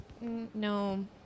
no